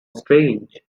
strange